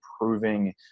improving